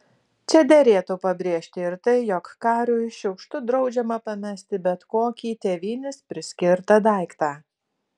čia derėtų pabrėžti ir tai jog kariui šiukštu draudžiama pamesti bet kokį tėvynės priskirtą daiktą